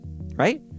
right